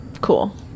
cool